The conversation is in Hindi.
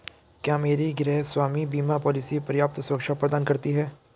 क्या मेरी गृहस्वामी बीमा पॉलिसी पर्याप्त सुरक्षा प्रदान करती है?